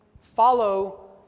follow